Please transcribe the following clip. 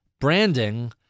branding